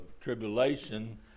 tribulation